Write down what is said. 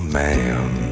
man